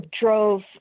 drove